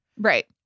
Right